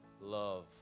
love